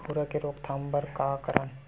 भूरा के रोकथाम बर का करन?